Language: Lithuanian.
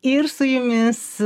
ir su jumis